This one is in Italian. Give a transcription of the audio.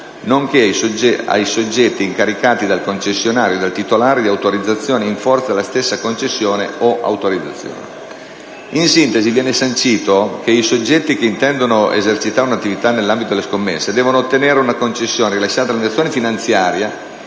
nonché a soggetti incaricati dal concessionario o dal titolare di autorizzazione in forza della stessa concessione o autorizzazione». In sintesi, viene sancito che i soggetti che intendono esercitare un'attività nell'ambito delle scommesse devono ottenere una concessione, rilasciata dall'amministrazione finanziaria,